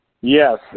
Yes